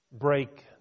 break